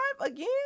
again